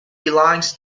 belongs